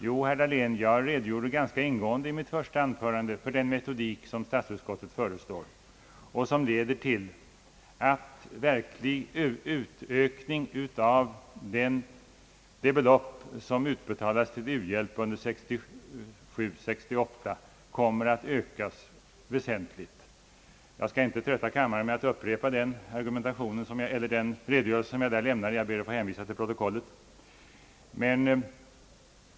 Jo, herr Dahlén, jag redogjorde ganska ingående i mitt första anförande för den metodik som statsutskottet föreslår och som leder till att det belopp som utbetalas till u-hjälp under 1967/68, kommer att ökas väsentligt. Jag skall inte trötta kammaren med att upprepa den redogörelse som jag nyss lämnade. Jag ber att få hänvisa till protokollet.